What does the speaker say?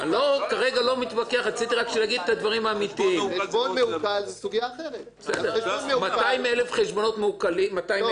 אני לא חושב שיש בישראל כל כך הרבה מטומטמים שחושבים שכשהם